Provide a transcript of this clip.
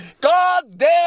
Goddamn